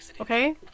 okay